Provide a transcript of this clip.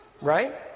Right